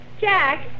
Jack